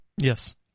Yes